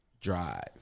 drive